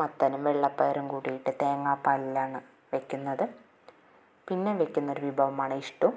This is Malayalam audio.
മത്തനും വെള്ളപ്പയറും കൂട്ടിയിട്ട് തേങ്ങാപ്പാലിലാണ് വെക്കുന്നത് പിന്നെ വെക്കുന്നൊരു വിഭവമാണ് ഇഷ്ട്ടു